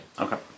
Okay